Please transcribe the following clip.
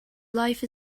life